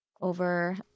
over